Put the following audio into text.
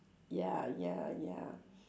ya ya ya